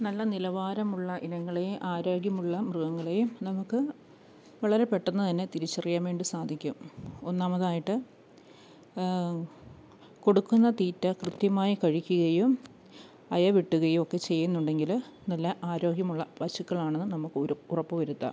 നല്ല നിലവാരമുള്ള ഇനങ്ങളെ ആരോഗ്യമുള്ള മൃഗങ്ങളെയും നമുക്ക് വളരെ പെട്ടെന്ന് തന്നെ തിരിച്ചറിയാൻ വേണ്ടി സാധിക്കും ഒന്നാമതായിട്ട് കൊടുക്കുന്ന തീറ്റ കൃത്യമായി കഴിക്കുകയും അയവെട്ടുകയും ഒക്കെ ചെയ്യുന്നുണ്ടെങ്കിൽ നല്ല ആരോഗ്യമുള്ള പശുക്കളാണെന്ന് നമുക്ക് ഉര ഉറപ്പ് വരുത്താം